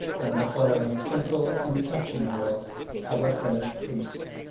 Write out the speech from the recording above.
than the following simple and touching will of a french priest,